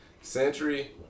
Sentry